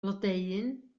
blodeuyn